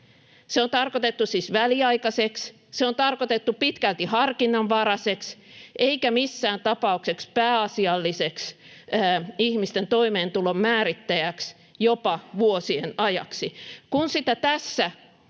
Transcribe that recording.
Se on tarkoitettu siis väliaikaiseksi, se on tarkoitettu pitkälti harkinnanvaraiseksi eikä missään tapauksessa pääasialliseksi ihmisten toimeentulon määrittäjäksi jopa vuosien ajaksi. Kun sitä tässä